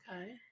okay